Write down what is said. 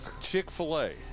Chick-fil-A